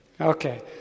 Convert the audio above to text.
Okay